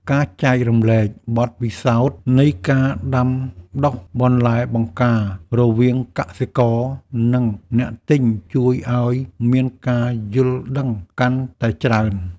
ការចែករំលែកបទពិសោធន៍នៃការដាំដុះបន្លែបង្ការរវាងកសិករ និងអ្នកទិញជួយឱ្យមានការយល់ដឹងកាន់តែច្រើន។